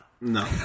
No